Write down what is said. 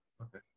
Okay